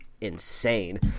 insane